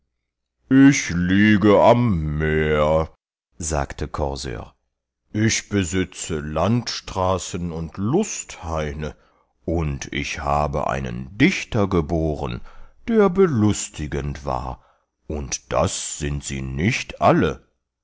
ich liege am meer sagte corsör ich besitze landstraßen und lufthaine und ich habe einen dichter geboren der belustigend war und das sind sie nicht alle